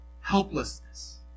helplessness